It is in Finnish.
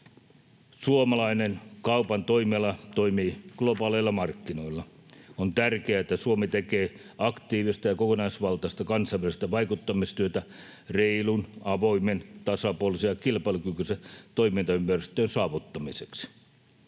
Suomalainen kaupan toimiala toimii globaaleilla markkinoilla. On tärkeää, että Suomi tekee aktiivista ja kokonaisvaltaista kansainvälistä vaikuttamistyötä reilun, avoimen, tasapuolisen ja kilpailukykyisen toimintaympäristön saavuttamiseksi.